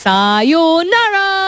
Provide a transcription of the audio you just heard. Sayonara